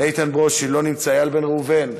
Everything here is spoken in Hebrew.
איתן ברושי, לא נמצא, איל בן ראובן,